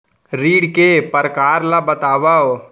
ऋण के परकार ल बतावव?